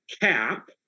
cap